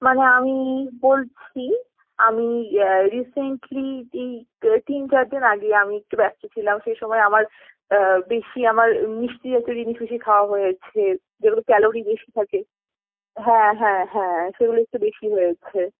মানে আমি বলছি আমি রিসেন্টলি এই তিন চার দিন আগে আমি একটু ব্যস্ত ছিলাম সে সময় আমার বেশি আমার মিষ্টি জাতীয় জিনিস বেশি খাওয়া হয়েছে যেগুলো ক্যালোরি বেশি থাকে হ্যাঁ হ্যাঁ হ্যাঁ সেগুলো একটু বেশি হয়েছে